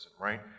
right